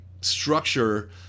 structure